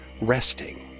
resting